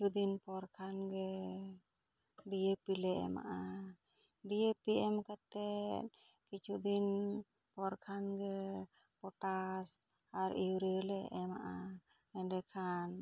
ᱠᱤᱪᱷᱩ ᱫᱤᱱ ᱯᱚᱨ ᱠᱷᱟᱱ ᱜᱮ ᱰᱤᱭᱮᱯᱤ ᱞᱮ ᱮᱢᱟᱜᱼᱟ ᱰᱤᱭᱮᱯᱤ ᱮᱢ ᱠᱟᱛᱮᱜ ᱠᱤᱪᱷᱩ ᱫᱤᱱ ᱯᱚᱨ ᱠᱷᱟᱱᱜᱮ ᱯᱚᱴᱟᱥ ᱟᱨ ᱤᱭᱩᱨᱤᱭᱟᱞᱮ ᱮᱢᱟᱜᱼᱟ ᱮᱸᱰᱮ ᱠᱷᱟᱱ